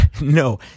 No